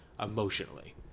emotionally